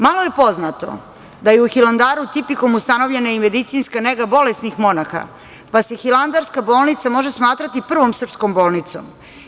Malo je poznato da je u Hilandaru tipikom ustanovljena i medicinska nega bolesnih monaha, pa se hilandarska bolnica može smatrati prvom srpskom bolnicom.